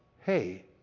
hey